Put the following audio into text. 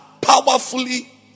powerfully